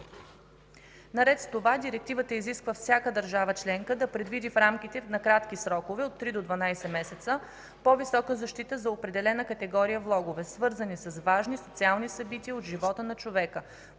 Наред с това Директивата изисква всяка държава членка да предвиди в рамките на кратки срокове (от 3 до 12 месеца) по-висока защита за определена категория влогове, свързани с важни социални събития от живота на човека